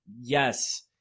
yes